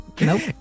Nope